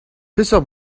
peseurt